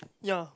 ya